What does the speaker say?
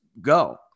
go